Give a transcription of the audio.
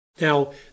Now